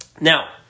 Now